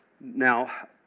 Now